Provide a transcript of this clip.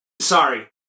sorry